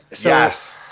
Yes